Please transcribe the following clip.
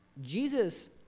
jesus